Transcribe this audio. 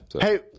Hey